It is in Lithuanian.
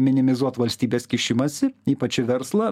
minimizuot valstybės kišimąsi ypač į verslą